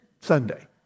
Sunday